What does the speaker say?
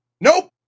nope